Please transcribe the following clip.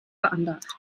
veranlagt